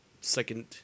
second